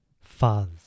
Fuzz